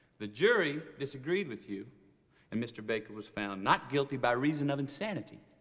the jury disagreed with you and mr. baker was found not guilty by reason of insanity.